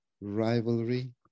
rivalry